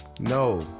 No